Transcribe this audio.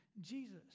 Jesus